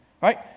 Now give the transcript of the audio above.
right